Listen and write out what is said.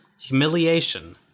Humiliation